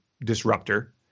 disruptor